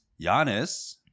Giannis